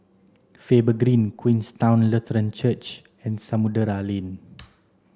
Faber Green Queenstown Lutheran Church and Samudera Lane